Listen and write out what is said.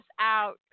out